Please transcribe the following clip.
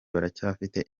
baracyafite